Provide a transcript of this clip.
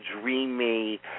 dreamy